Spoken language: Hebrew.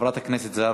חברת הכנסת זהבה